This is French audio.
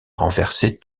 renverser